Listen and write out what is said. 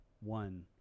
one